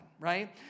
right